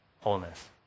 wholeness